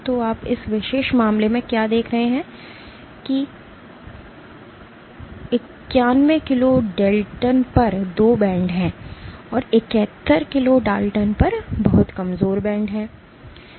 तो आप इस विशेष मामले में क्या देख रहे हैं कि 91 किलो डेल्टन पर 2 बैंड हैं और 71 किलो Daltons पर बहुत कमजोर बैंड है